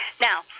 now